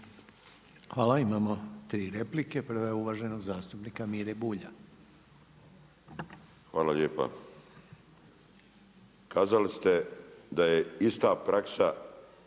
Hvala. Imamo tri replike. Prva je uvaženog zastupnika Mire Bulja. **Bulj, Miro (MOST)** Hvala lijepa. Kazali ste da je ista praksa